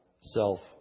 self